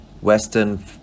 Western